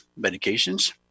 medications